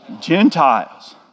Gentiles